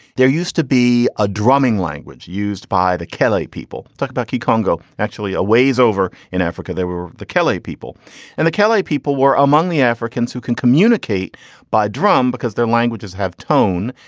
there used to be a drumming language used by the kla. people talk about key congo actually a ways over in africa. they were the kla people and the kla people were among the africans who can communicate by drum because their languages have tone.